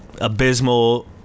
abysmal